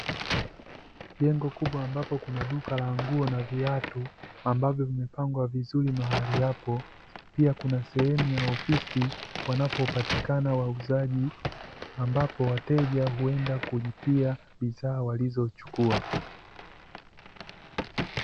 Jengo kubwa ambapo kuna duka la nguo na viatu, ambavyo vimepangwa vizuri mahali hapo, pia kuna sehemu ya ofisi wanapopatikana wauzaji, ambapo wateja huenda kulipia bidhaa walizochukua.